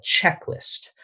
checklist